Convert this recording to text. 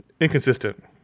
Inconsistent